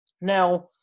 Now